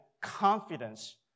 confidence